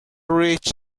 rich